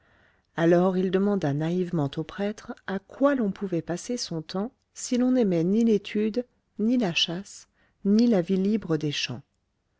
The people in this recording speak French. alors il demanda naïvement au prêtre à quoi l'on pouvait passer son temps si l'on n'aimait ni l'étude ni la chasse ni la vie libre des champs